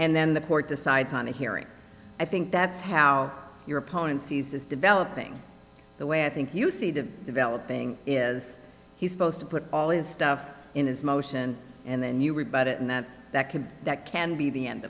and then the court decides on the hearing i think that's how your opponent sees this developing the way i think you see that developing is he supposed to put all his stuff in his motion and then you rebut it and then that can that can be the end